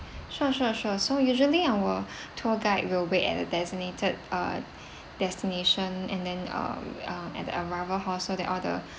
sure sure sure so usually our tour guide will wait at designated uh destination and then uh uh at the arrival hall so that all the